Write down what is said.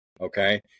Okay